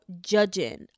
judging